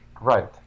right